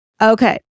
Okay